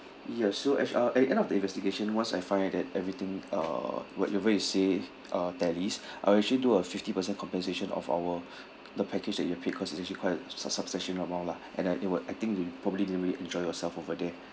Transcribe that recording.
ya so at uh at the end of the investigation once I find that everything uh whatever you say uh tallies I'll actually do a fifty percent compensation of our the package that you have paid cause it's actually quite a sub~ substantial amount lah and I it were I think you probably didn't really enjoy yourself over there